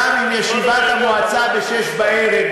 גם אם ישיבת המועצה בשעה 18:00,